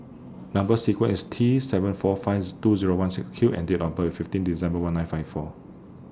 Number sequence IS T seven four fives two Zero one six Q and Date of birth IS fifteen December one nine five four